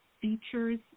features